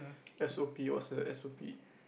S_O_P what's the S_O_P